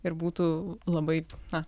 ir būtų labai na